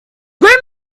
grim